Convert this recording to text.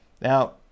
Now